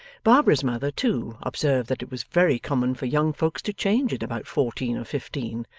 barbara's mother too, observed that it was very common for young folks to change at about fourteen or fifteen,